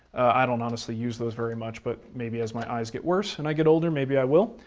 i don't honestly use those very much, but maybe as my eyes get worse and i get older, maybe i will.